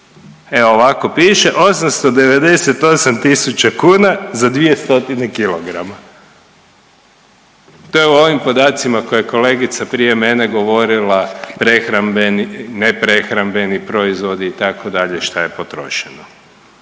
Evo ovako piše 898 tisuća kuna za 200 kilograma. To je u ovim podacima koje je kolegica prije mene govorila prehrambeni, neprehrambeni proizvodi itd. šta je potrošeno.